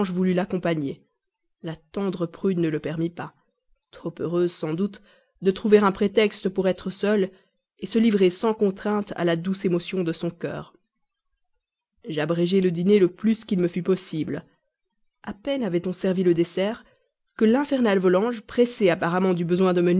voulut l'accompagner la tendre prude ne le permit pas trop heureuse sans doute de trouver un prétexte pour être seule se livrer sans contrainte à la douce émotion de son cœur j'abrégeai le dîner le plus qu'il me fut possible a peine avait-on servi le dessert que l'infernale volanges pressée apparemment du besoin de